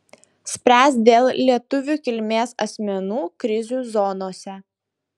spręs dėl lietuvių kilmės asmenų krizių zonose